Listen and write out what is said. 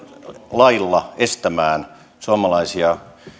lailla estämään suomalaisia